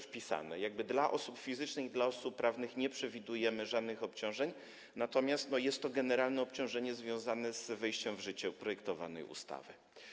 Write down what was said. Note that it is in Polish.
W odniesieniu do osób fizycznych, osób prawnych nie przewidujemy żadnych obciążeń, natomiast jest to generalne obciążenie związane z wejściem w życie projektowanej ustawy.